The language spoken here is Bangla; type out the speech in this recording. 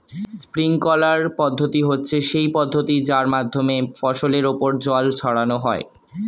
স্প্রিঙ্কলার পদ্ধতি হচ্ছে সেই পদ্ধতি যার মাধ্যমে ফসলের ওপর জল ছড়ানো হয়